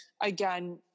again